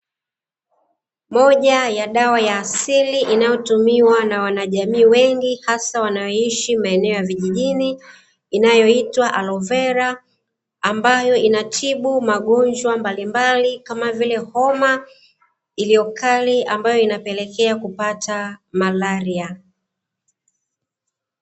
Moja ya dawa ya asili inayotumiwa na wanajamii wengi, hasa wanaoishi maeneo ya vijijini, inayoitwa "Alovera" ambayo inatibu magonjwa mbalimbali, kama vile homa iliyo kali, ambayo inapelekea kupata malaria.